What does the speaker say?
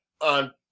on